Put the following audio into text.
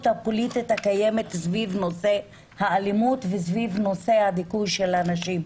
הפוליטית הקיימת סביב נושא האלימות וסביב נושא הדיכוי של הנשים.